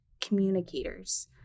communicators